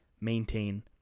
maintain